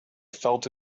felt